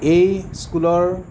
এই স্কুলৰ